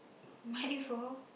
mic for